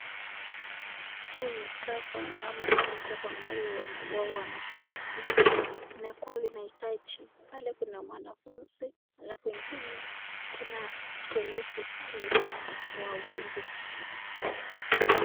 Hii ni kava ama hii ni kava ambayo wanafunzi inakuwa wanaitaji, pale kuna mwanafunzi alafu wangine na polisi pale wawili.